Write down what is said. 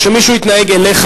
אני אתן לך,